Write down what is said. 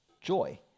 joy